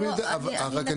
אני, רק אני אומר.